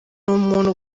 umuntu